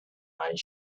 eyes